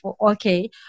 okay